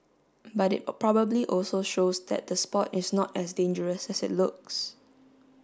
but it probably also shows that the sport is not as dangerous as it looks